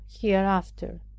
hereafter